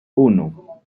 uno